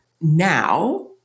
now